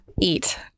eat